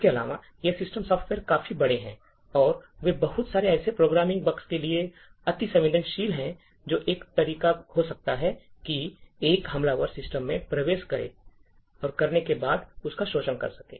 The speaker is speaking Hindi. इसके अलावा ये सिस्टम सॉफ्टवेयर काफी बड़े हैं और वे बहुत सारे ऐसे प्रोग्रामिंग बग्स के लिए अतिसंवेदनशील हैं जो एक तरीका हो सकता है कि एक हमलावर सिस्टम में प्रवेश कर सके और उसका शोषण कर सके